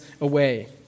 away